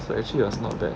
so actually it was not bad